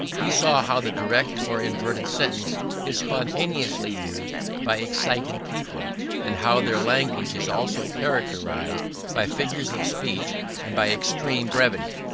we saw how the direct or inverted sentence is spontaneously used by excited people and how their language is also characterized by figures of speech and by extreme brevity.